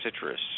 citrus